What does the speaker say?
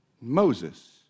Moses